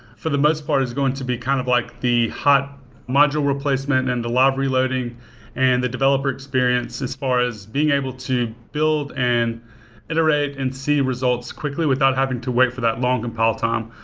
for the most part, it's going to be kind of like the hot module replacement and and the live reloading and the developer experience as far as being able to build and iterate and see results quickly without having to wait for that long compile time.